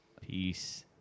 Peace